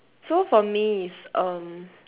so for me it's um